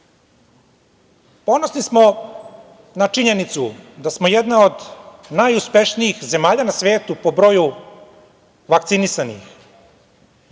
smo na činjenicu da smo jedna od najuspešnijih zemalja na svetu po broju vakcinisanih.